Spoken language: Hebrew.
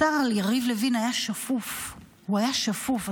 השר יריב לוין היה שפוף, הוא היה שפוך.